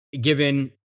given